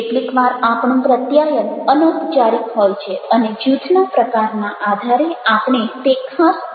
કેટલીક વાર આપણું પ્રત્યાયન અનૌપચારિક હોય છે અને જૂથના પ્રકારના આધારે આપણે તે ખાસ પ્રકારનો ઉપયોગ કરીએ છીએ